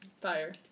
Fire